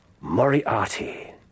Moriarty